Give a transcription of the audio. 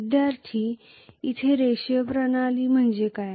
विद्यार्थीः इथे रेखीय प्रणाली म्हणजे काय